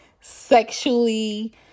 sexually